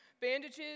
bandages